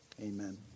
Amen